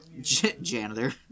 janitor